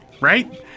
right